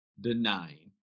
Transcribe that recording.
denying